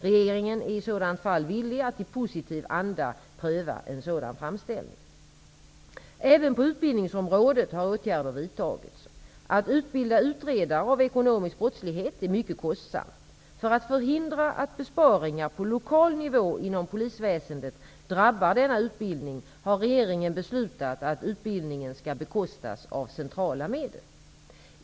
Regeringen är i sådant fall villig att i positiv anda pröva en sådan framställning. Även på utbildningsområdet har ågärder vidtagits. Att utbilda utredare av ekonomisk brottslighet är mycket kostsamt. För att förhindra att besparingar på lokal nivå inom polisväsendet drabbar denna utbildning har regeringen beslutat att utbildningen skall bekostas med centrala medel.